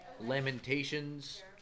Lamentations